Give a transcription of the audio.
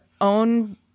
own